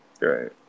right